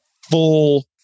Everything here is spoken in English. full